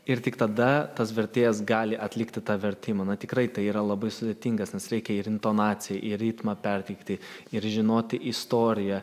ir tik tada tas vertėjas gali atlikti tą vertimą na tikrai tai yra labai sudėtingas nes reikia ir intonaciją ir ritmą perteikti ir žinoti istoriją